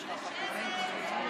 רגע,